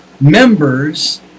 members